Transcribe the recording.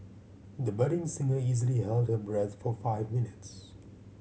the budding singer easily held her breath for five minutes